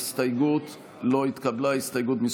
הסתייגות מס'